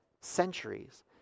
Centuries